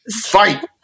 fight